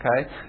okay